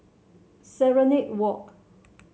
Serenade Walk